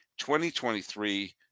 2023